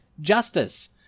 justice